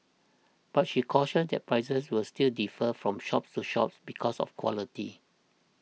but she cautioned that prices will still defer from shops to shops because of quality